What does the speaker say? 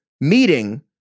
meeting